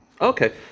Okay